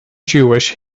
jewish